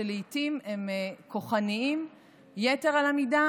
שלעיתים הם כוחניים יתר על המידה,